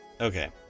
Okay